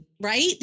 right